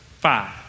Five